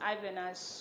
Ivana's